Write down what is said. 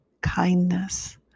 kindness